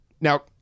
now